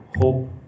hope